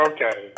Okay